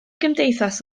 gymdeithas